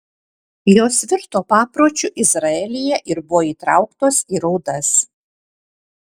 jos virto papročiu izraelyje ir buvo įtrauktos į raudas